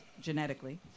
genetically